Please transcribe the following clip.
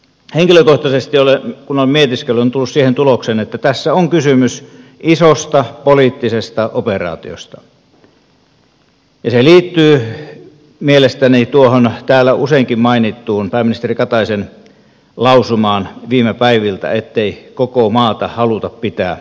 henkilökohtaisesti kun olen mietiskellyt olen tullut siihen tulokseen että tässä on kysymys isosta poliittisesta operaatiosta ja se liittyy mielestäni tuohon täällä useinkin mainittuun pääministeri kataisen lausumaan viime päiviltä ettei koko maata haluta pitää asuttuna